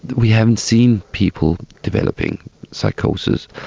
we haven't seen people developing psychosis.